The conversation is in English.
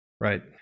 Right